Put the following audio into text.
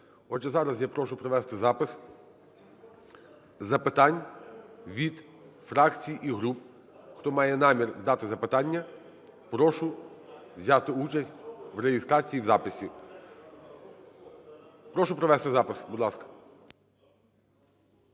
Отже, зараз я прошу провести запис запитань від фракцій і груп. Хто має намір дати запитання, прошу взяти участь у реєстрації і в записі. Прошу провести запис, будь ласка.